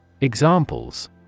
Examples